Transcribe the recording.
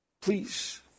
Please